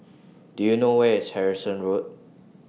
Do YOU know Where IS Harrison Road